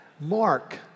Mark